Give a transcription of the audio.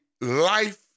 life